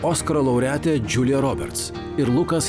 oskaro laureatė džiulija roberts ir lukas